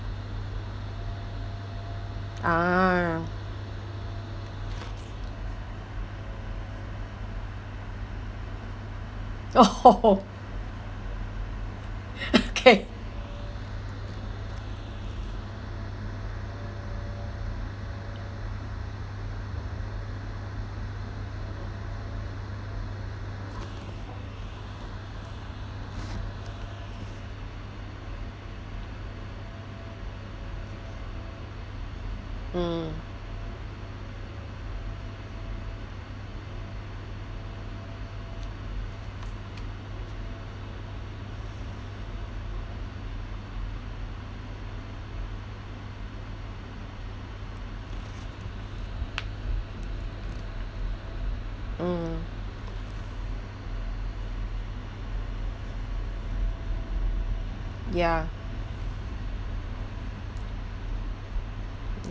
uh okay mm mm ya